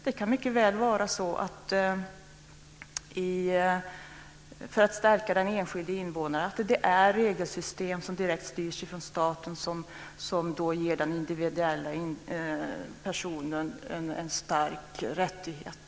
Det kan mycket väl vara regelsystem som direkt styrs från staten som ger den enskilda personen en stark rättighet.